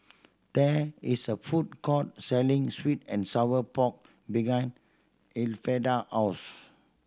there is a food court selling sweet and sour pork behind Elfreda house